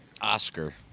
Oscar